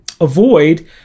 avoid